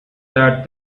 that